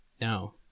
No